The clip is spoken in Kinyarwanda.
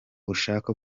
ushaka